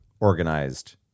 organized